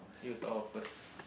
you start off first